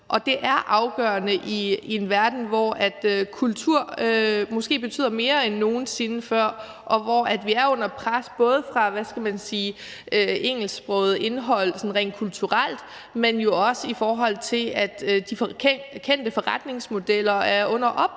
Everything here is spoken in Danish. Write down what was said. Det er afgørende i en verden, hvor kultur måske betyder mere end nogen sinde før, og hvor vi er under pres både fra engelsksproget indhold sådan rent kulturelt, men jo også i forhold til at de kendte forretningsmodeller er under